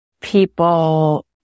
people